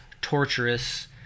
torturous